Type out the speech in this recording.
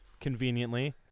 conveniently